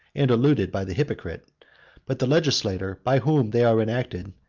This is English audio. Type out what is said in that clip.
and eluded by the hypocrite but the legislator, by whom they are enacted,